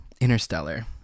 Interstellar